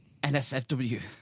NSFW